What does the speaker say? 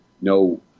no